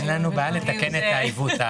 אין לנו בעיה לתקן את העיוות.